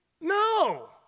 No